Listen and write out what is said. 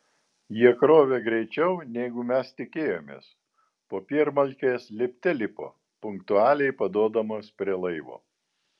jie krovė greičiau negu mes tikėjomės popiermalkės lipte lipo punktualiai paduodamos prie laivo